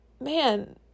man